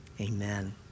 amen